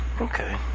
Okay